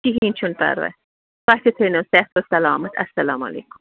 کِہیٖنۍ چھُ نہٕ پَرواے تۄہہِ تہِ تھٲو نو صحت و سلامت اَسلامُ علیکُم